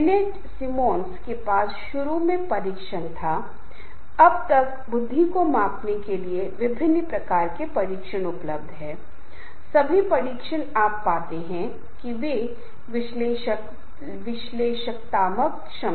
यदि समूह बहुत बड़ा है तो जैसा कि मैंने उल्लेख किया है कि इस बात की पूरी संभावना है कि हर कोई अपनी राय रखेगा और उनके बीच अंतर होगा और उनकी पसंद और नापसंद होगी इसलिए टकराव की संभावना अधिक होगी